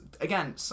again